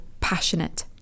passionate